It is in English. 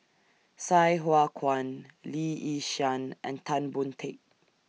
Sai Hua Kuan Lee Yi Shyan and Tan Boon Teik